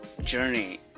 journey